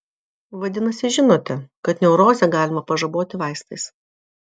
vadinasi žinote kad neurozę galima pažaboti vaistais